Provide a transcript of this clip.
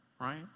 right